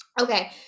Okay